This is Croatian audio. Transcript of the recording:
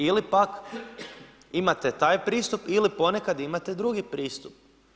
Ili pak, imate taj pristup, ili ponekad imate drugi pristup.